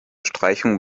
streichung